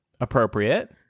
Appropriate